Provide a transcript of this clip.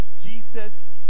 Jesus